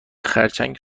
خرچنگ